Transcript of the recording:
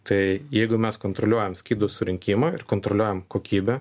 tai jeigu mes kontroliuojam skydų surinkimą ir kontroliuojam kokybę